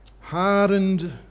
hardened